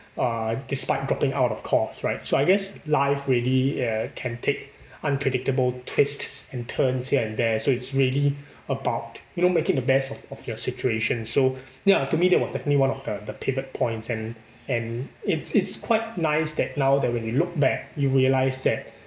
uh despite dropping out of course right so I guess life really uh can take unpredictable twists and turns here and there so it's really about you know making the best of of your situation so ya to me that was definitely one of the the pivot points and and it's it's quite nice that now that when you look back you realise that